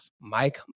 Mike